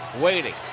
Waiting